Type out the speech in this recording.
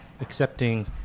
accepting